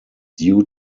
due